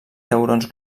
taurons